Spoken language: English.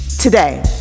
Today